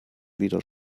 wieder